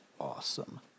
awesome